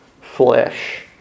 flesh